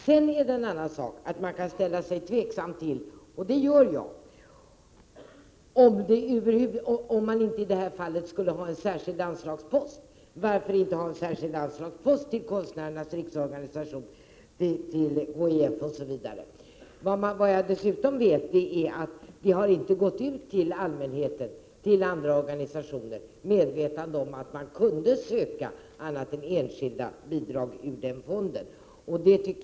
Sedan är det en annan sak att man kan ställa sig tveksam till, som jag gör, att ha en särskild anslagspost t.ex. till Konstnärernas riksorganisation. Jag vet dessutom att det inte nått ut information till andra organisationer om att man kunde söka annat än enskilda bidrag ur den fonden.